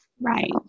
Right